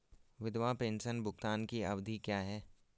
विधवा पेंशन भुगतान की अवधि क्या है?